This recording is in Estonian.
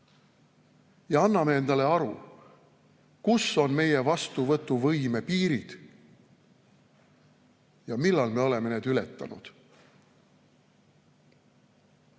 ja annaksime endale aru, kus on meie vastuvõtuvõime piirid ja millal me oleme need ületanud.